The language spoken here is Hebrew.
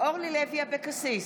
אורלי לוי אבקסיס,